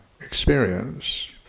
experience